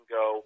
go